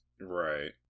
Right